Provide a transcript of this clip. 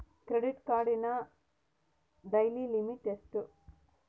Credit ಕಾರ್ಡಿನ daily limit ಎಷ್ಟು?